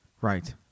Right